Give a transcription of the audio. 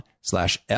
slash